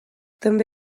també